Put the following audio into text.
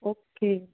okay